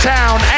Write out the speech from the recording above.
Town